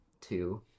two